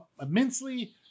immensely